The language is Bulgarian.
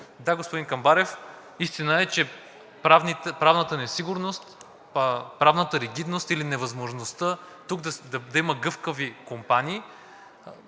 Да, господин Камбарев – истина е, че правната несигурност, правната ригидност или невъзможността тук да има гъвкави компании,